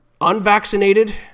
unvaccinated